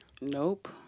Nope